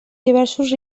diversos